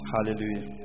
Hallelujah